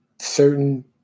certain